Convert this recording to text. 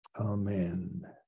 Amen